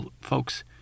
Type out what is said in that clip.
folks